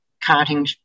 carting